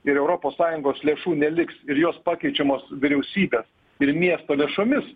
ir europos sąjungos lėšų neliks ir jos pakeičiamos vyriausybės ir miesto lėšomis